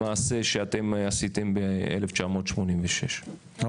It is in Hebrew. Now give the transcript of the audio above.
במעשה שאתם עשיתם בשנת 1986, תודה.